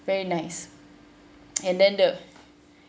very nice and then the